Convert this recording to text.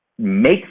make